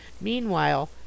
Meanwhile